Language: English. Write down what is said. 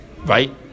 Right